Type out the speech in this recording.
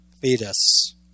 fetus